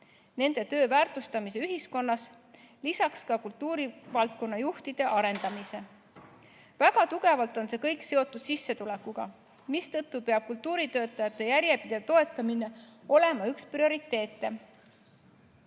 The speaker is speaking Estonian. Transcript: nende töö väärtustamise ühiskonnas ning ka kultuurivaldkonna juhtide arendamise. Väga tugevalt on see kõik seotud sissetulekuga, mistõttu peab kultuuritöötajate järjepidev toetamine olema üks prioriteete.